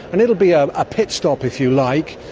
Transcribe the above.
and it'll be um a pit stop, if you like,